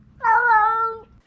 Hello